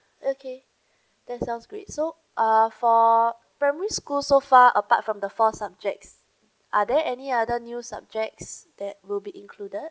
okay that's sounds great so uh for primary school so far apart from the four subjects are there any other new subjects that will be included